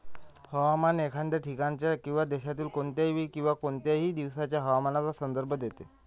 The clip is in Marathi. हवामान एखाद्या ठिकाणाच्या किंवा देशातील कोणत्याही वेळी किंवा काही दिवसांच्या हवामानाचा संदर्भ देते